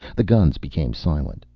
the guns became silent.